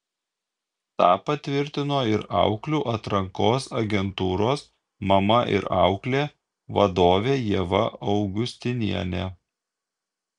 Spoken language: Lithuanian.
tą patvirtino ir auklių atrankos agentūros mama ir auklė vadovė ieva augustinienė